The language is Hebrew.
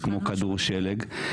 זה כמו כדור שלג.